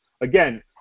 Again